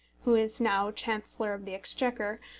who is now chancellor of the exchequer,